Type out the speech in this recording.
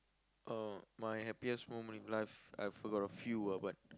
uh my happiest moment in life I've got a few ah but